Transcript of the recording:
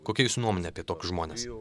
kokia jūsų nuomonė apie toks žmones